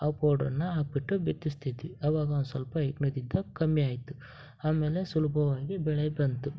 ಆ ಪೌಡ್ರುನ್ನ ಹಾಕ್ಬಿಟ್ಟು ಬಿತ್ತಿಸುತ್ತಿದ್ವಿ ಅವಾಗ ಒಂದು ಸ್ವಲ್ಪ ಹೆಗ್ಣದಿಂದ ಕಮ್ಮಿ ಆಯಿತು ಆಮೇಲೆ ಸುಲಭವಾಗಿ ಬೆಳೆ ಬಂತು